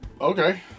Okay